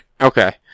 Okay